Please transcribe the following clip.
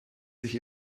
sich